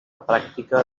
pràctica